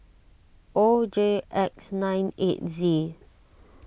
O J X nine eight Z